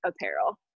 Apparel